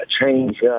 change